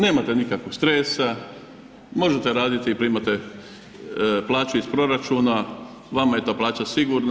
Nemate nikakvog stresa, možete raditi i primate plaću iz proračuna vama je ta plaća sigurna.